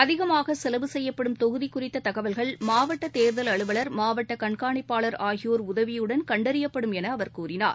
அதிகமாக செலவு செய்யப்படும் தொகுதி குறித்த தகவல்கள் மாவட்டத்தேர்தல் அலுவலர் மாவட்ட கண்காணிப்பாளர் ஆகியோர் உதவியுடன் கண்டறியப்படும் என அவர் கூறினார்